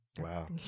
wow